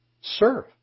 Serve